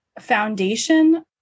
foundation